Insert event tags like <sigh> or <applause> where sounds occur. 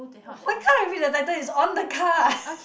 why can't I read the title it's on the card <laughs>